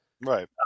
right